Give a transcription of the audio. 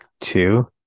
two